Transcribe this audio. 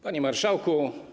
Panie Marszałku!